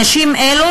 נשים אלו,